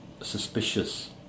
suspicious